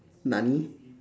nani